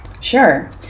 Sure